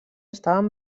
estaven